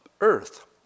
earth